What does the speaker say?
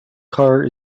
car